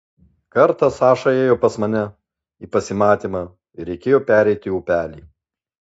kartą saša ėjo pas mane į pasimatymą ir reikėjo pereiti upelį